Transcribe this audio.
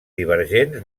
divergents